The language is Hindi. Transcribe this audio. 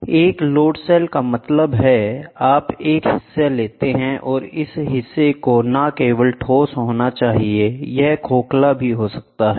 तो एक लोड सेल का मतलब है आप एक हिस्सा लेते हैं और इस हिस्से को न केवल ठोस होना चाहिए यह खोखला भी हो सकता है